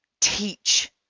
teach